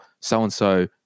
so-and-so